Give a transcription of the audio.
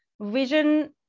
Vision